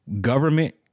government